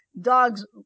dogs